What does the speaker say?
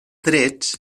trets